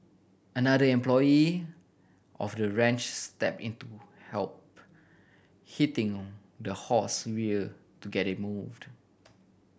another employee of the ranch stepped in to help hitting the horse rear to get it to moved